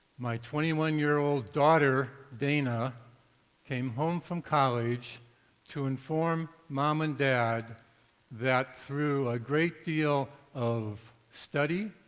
my twenty one year old daughter dana came home from college to inform mom and dad that through a great deal of study,